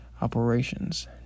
operations